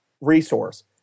resource